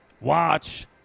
watch